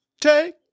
take